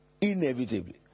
inevitably